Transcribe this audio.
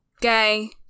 gay